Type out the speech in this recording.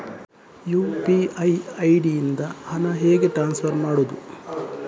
UPI ID ಇಂದ ಹಣ ಹೇಗೆ ಟ್ರಾನ್ಸ್ಫರ್ ಮಾಡುದು?